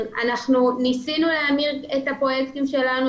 אנחנו ניסינו להניע את הפרויקטים שלנו,